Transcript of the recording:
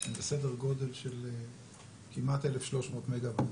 הן בסדר גודל של כמעט 1,300 מגה וואט,